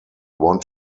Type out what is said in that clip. want